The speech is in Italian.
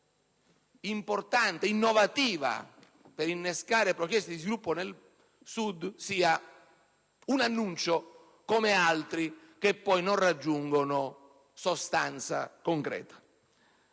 importante ed innovativa, volta ad innescare processi di sviluppo nel Sud, siano un annuncio come altri che poi non raggiungono sostanza concreta.